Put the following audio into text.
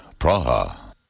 Praha